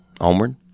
Homeward